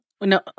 No